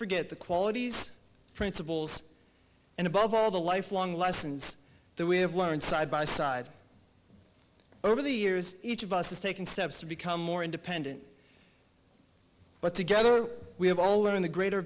forget the qualities principles and above all the lifelong lessons that we have learned side by side over the years each of us has taken steps to become more independent but together we have all learned the greater